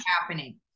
happening